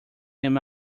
him